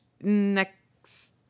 next